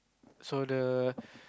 so the